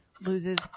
loses